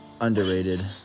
underrated